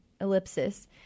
Ellipsis